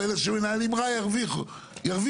ואלו שמנהלים רע ירוויחו,